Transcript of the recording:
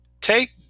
take